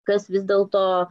kas vis dėl to